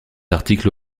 article